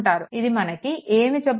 ఇది మనకు ఏమి చెబుతుంది